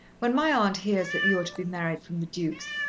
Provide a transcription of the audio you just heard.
when my aunt hears that you are to be married from the duke's,